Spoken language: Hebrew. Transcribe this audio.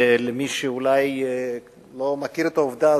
למי שאולי לא מכיר את העובדה הזאת,